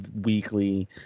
weekly